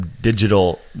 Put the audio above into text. digital